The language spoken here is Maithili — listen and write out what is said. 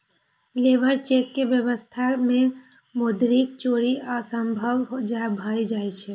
लेबर चेक के व्यवस्था मे मौद्रिक चोरी असंभव भए जाइ छै